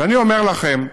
ואני אומר לכם,